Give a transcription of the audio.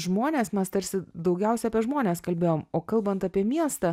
žmones mes tarsi daugiausia apie žmones kalbėjom o kalbant apie miestą